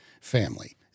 family